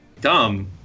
dumb